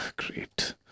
Great